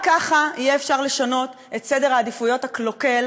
רק ככה יהיה אפשר לשנות את סדר העדיפויות הקלוקל